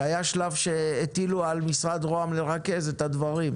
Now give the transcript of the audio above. כי היה שלב שהטילו על משרד ראש הממשלה לרכז את הדברים.